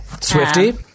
Swifty